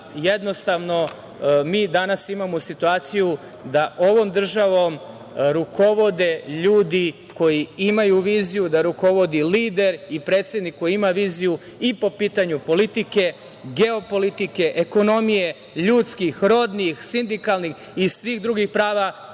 jednostavno mi danas imamo situaciju da ovom državom rukovode ljudi koji imaju viziju da rukovodi lider i predsednik koji ima viziju i po pitanju politike, geopolitike, ekonomije, ljudskih, rodnih, sindikalnih i svih drugih prava.